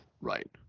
Right